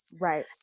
Right